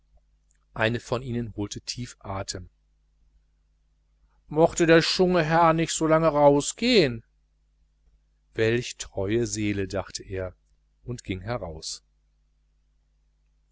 eine von ihnen holte tief atem mochte der schunge härr nicht so lang rausgehen welch treue seele dachte er und ging heraus